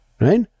right